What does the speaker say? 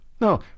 No